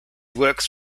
works